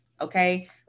Okay